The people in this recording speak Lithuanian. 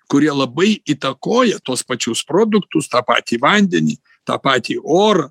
kurie labai įtakoja tuos pačius produktus tą patį vandenį tą patį or